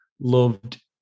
loved